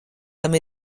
tam